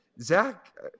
Zach